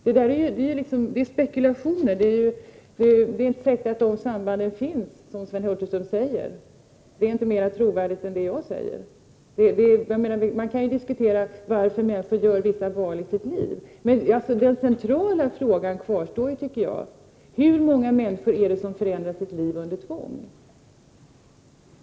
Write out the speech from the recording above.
Detta är spekulationer, och det är inte säkert att de samband som Sven Hulterström talar om finns. Vad Sven Hulterström säger är inte mer trovärdigt än det jag säger. Man kan diskutera varför människor gör vissa val i sitt liv. Jag tycker att den centrala frågan kvarstår: Hur många människor är det som förändrar sitt liv under tvång?